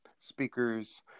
speakers